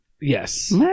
Yes